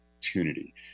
opportunity